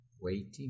waiting